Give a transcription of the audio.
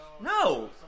No